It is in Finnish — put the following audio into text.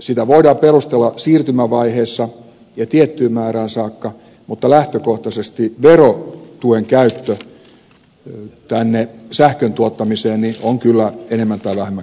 sitä voidaan perustella siirtymävaiheessa ja tiettyyn määrään saakka mutta lähtökohtaisesti verotuen käyttö sähkön tuottamiseen on kyllä enemmän tai vähemmän kyseenalaista